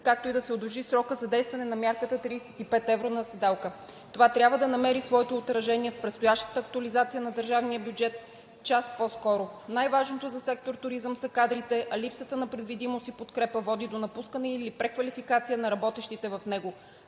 както и да се удължи срокът за действие на мярката 35 евро на седалка. Това трябва да намери своето отражение в предстоящата актуализация на държавния бюджет час по-скоро. Най-важното за сектор „Туризъм“ са кадрите, а липсата на предвидимост и подкрепа води до напускане или преквалификация на работещите в него.